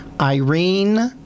Irene